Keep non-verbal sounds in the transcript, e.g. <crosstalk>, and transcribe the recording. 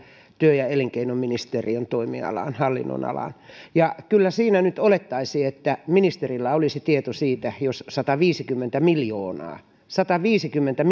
työ ja elinkeinoministeriön hallinnonalaan kyllä siinä nyt olettaisi että ministerillä olisi tieto siitä jos sataviisikymmentä miljoonaa sataviisikymmentä <unintelligible>